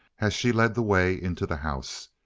as she led the way into the house.